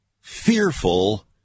fearful